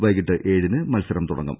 വൈകിട്ട് ഏഴിന് മത്സരം തുടങ്ങും